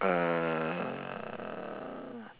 uh